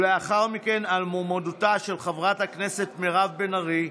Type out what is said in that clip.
לאחר מכן על מועמדותה של חברת הכנסת מירב בן ארי,